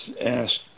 asked